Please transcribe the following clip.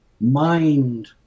mind